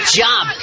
job